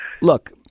look